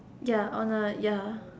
ya on a ya